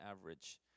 average